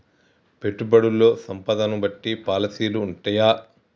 పెట్టుబడుల్లో సంపదను బట్టి పాలసీలు ఉంటయా?